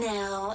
Now